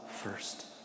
first